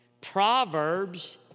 Proverbs